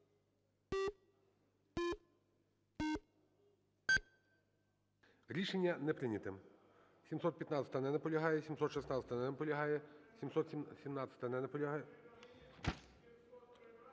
Рішення не прийнято.